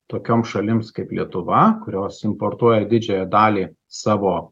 tokioms šalims kaip lietuva kurios importuoja didžiąją dalį savo